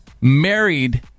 married